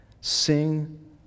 Sing